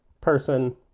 person